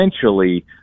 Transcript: essentially